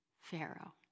Pharaoh